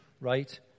right